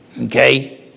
Okay